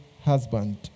husband